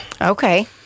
Okay